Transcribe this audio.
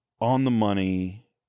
on-the-money